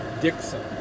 Dixon